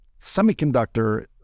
semiconductor